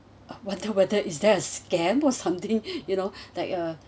whether whether is that a scam or something you know like a